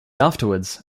afterwards